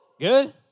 Good